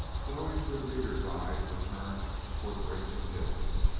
but always their leader's eyes were turned toward a range of hills.